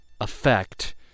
effect